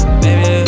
baby